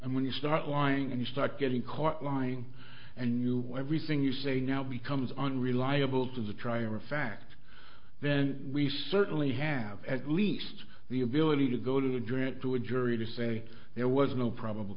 and when you start lying and you start getting caught lying and you everything you say now becomes unreliable to the trier of fact then we certainly have at least the ability to go to the jury and to a jury to say there was no probable